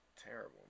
terrible